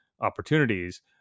opportunities